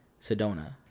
Sedona